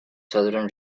southern